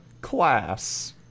class